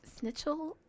snitchel